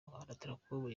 onatracom